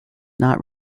not